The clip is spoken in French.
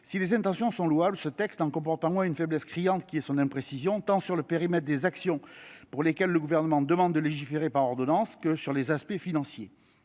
si les intentions sont louables, le texte est limité par une faiblesse criante, à savoir son imprécision, tant sur le périmètre des actions pour lesquelles le Gouvernement demande à légiférer par ordonnance que sur ses aspects financiers.